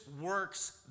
works